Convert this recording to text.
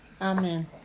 Amen